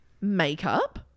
makeup